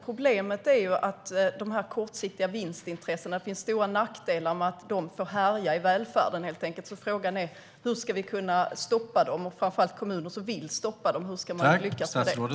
Problemet är att det finns stora nackdelar med att de kortsiktiga vinstintressena får härja i välfärden. Hur ska vi stoppa dem? Hur ska kommuner som vill stoppa dem lyckas med det?